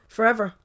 Forever